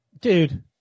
Dude